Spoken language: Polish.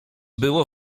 było